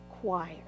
choir